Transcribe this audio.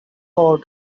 pod